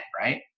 right